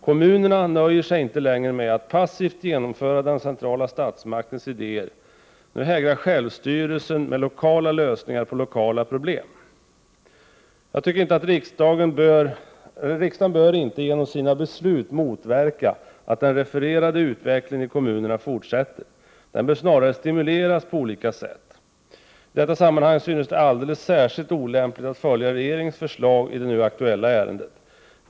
Kommunerna nöjer sig inte längre med att passivt genomföra den centrala statsmaktens idéer. Nu hägrar självstyrelsen med lokala lösningar på lokala problem. Riksdagen bör inte genom sina beslut motverka att den här nämnda utvecklingen i kommunerna fortsätter. Den bör snarare stimuleras på olika sätt. I detta sammanhang synes det alldeles särskilt olämpligt att följa regeringens förslag i det nu aktuella ärendet.